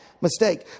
mistake